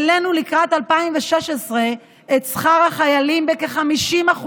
העלינו לקראת 2016 את שכר החיילים בכ-50%.